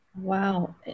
wow